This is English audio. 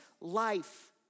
life